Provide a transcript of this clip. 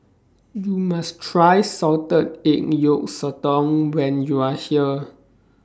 YOU must Try Salted Egg Yolk Sotong when YOU Are here